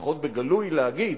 לפחות בגלוי להגיד,